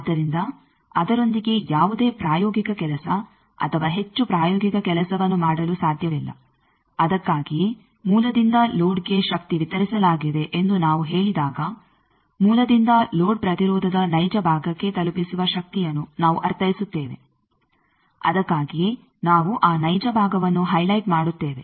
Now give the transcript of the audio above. ಆದ್ದರಿಂದ ಅದರೊಂದಿಗೆ ಯಾವುದೇ ಪ್ರಾಯೋಗಿಕ ಕೆಲಸ ಅಥವಾ ಹೆಚ್ಚು ಪ್ರಾಯೋಗಿಕ ಕೆಲಸವನ್ನು ಮಾಡಲು ಸಾಧ್ಯವಿಲ್ಲ ಅದಕ್ಕಾಗಿಯೇ ಮೂಲದಿಂದ ಲೋಡ್ಗೆ ಶಕ್ತಿ ವಿತರಿಸಲಾಗಿದೆ ಎಂದು ನಾವು ಹೇಳಿದಾಗ ಮೂಲದಿಂದ ಲೋಡ್ ಪ್ರತಿರೋಧದ ನೈಜ ಭಾಗಕ್ಕೆ ತಲುಪಿಸುವ ಶಕ್ತಿಯನ್ನು ನಾವು ಅರ್ಥೈಸುತ್ತೇವೆ ಅದಕ್ಕಾಗಿಯೇ ನಾವು ಆ ನೈಜ ಭಾಗವನ್ನು ಹೈಲೈಟ್ ಮಾಡುತ್ತೇವೆ